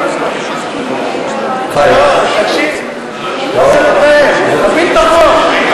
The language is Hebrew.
חיים, לא, תקשיב, תפיל את החוק.